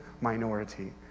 minority